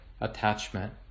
attachment